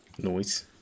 Noise